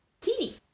Teeny